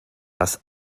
das